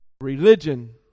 religion